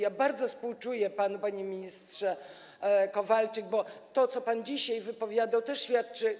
Ja bardzo współczuję panu, panie ministrze Kowalczyk, bo to, jak pan dzisiaj się wypowiadał, też świadczy.